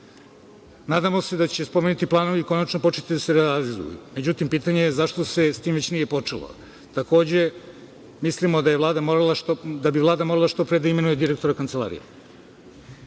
se da će spomenuti planovi konačno početi da se realizuju, međutim, pitanje je zašto se s tim već nije počelo. Takođe, mislimo da bi Vlada morala što pre da imenuje direktora Kancelarije.